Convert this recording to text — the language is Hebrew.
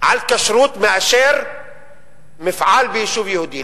על כשרות מאשר מפעל ביישוב יהודי?